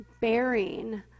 bearing